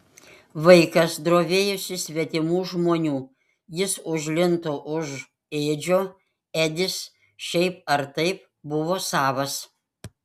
vaikas drovėjosi svetimų žmonių jis užlindo už edžio edis šiaip ar taip buvo savas